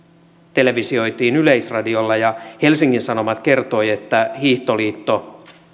televisioitiin yleisradiolla ja helsingin sanomat kertoi että hiihtoliitto